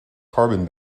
carbon